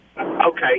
Okay